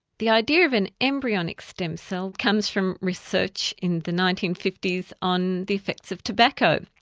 the idea of an embryonic stem cell comes from research in the nineteen fifty s on the effects of tobacco.